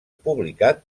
publicat